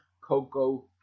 Cocoa